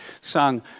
sung